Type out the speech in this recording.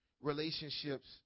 relationships